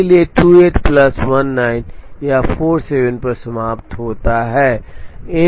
इसलिए 28 प्लस 19 यह 47 पर समाप्त होता है